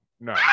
No